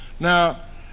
Now